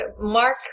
mark